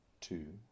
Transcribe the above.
two